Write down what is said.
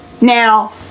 Now